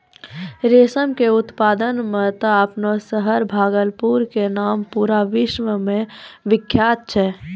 रेशम के उत्पादन मॅ त आपनो शहर भागलपुर के नाम पूरा विश्व मॅ विख्यात छै